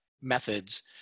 methods